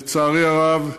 לצערי הרב,